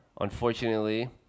unfortunately